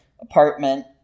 apartment